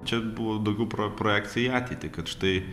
čia buvo daugiau pro projekcija į ateitį kad štai